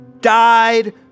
died